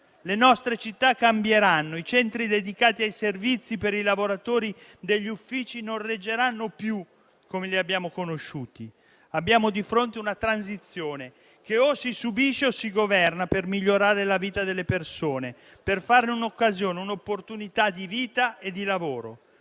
le nostre città cambieranno, i centri dedicati ai servizi per i lavoratori degli uffici non reggeranno più come li abbiamo conosciuti. Abbiamo di fronte una transizione che o si subisce o si governa per migliorare la vita delle persone, per farne un'occasione, un'opportunità di vita e di lavoro.